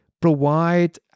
provide